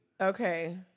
Okay